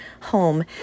home